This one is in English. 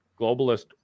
globalist